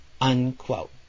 Unquote